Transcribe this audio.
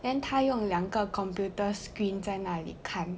then 他用两个 computer screen 在那里看